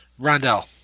Rondell